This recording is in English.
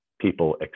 people